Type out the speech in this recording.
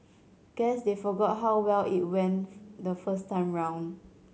guess they forgot how well it went the first time round